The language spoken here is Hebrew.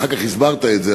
ואחר כך הסברת את זה,